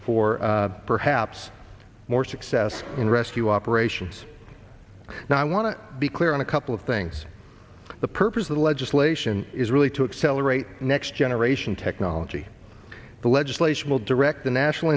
for perhaps more success in rescue operations now i want to be clear on a couple of things the purpose of the legislation is really to accelerate next generation technology the legislation will direct the national